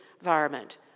environment